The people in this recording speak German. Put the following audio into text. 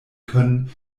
können